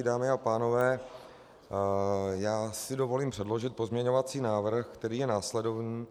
Dámy a pánové, dovolím si předložit pozměňovací návrh, který je následovný.